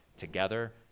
together